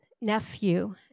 nephew